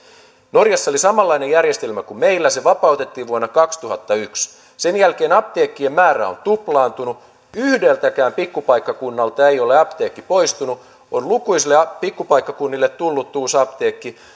norjassa oli samanlainen järjestelmä kuin meillä se vapautettiin vuonna kaksituhattayksi sen jälkeen apteekkien määrä on tuplaantunut yhdeltäkään pikkupaikkakunnalta ei ole apteekki poistunut lukuisille pikkupaikkakunnille on tullut uusi apteekki